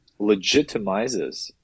legitimizes